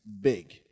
big